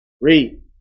Read